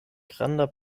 granda